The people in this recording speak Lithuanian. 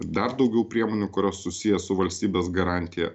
dar daugiau priemonių kurios susiję su valstybės garantija